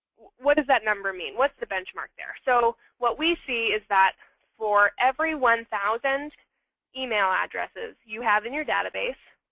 what does that number mean? what's the benchmark there? so what we see is that for every one thousand email addresses you have in your database,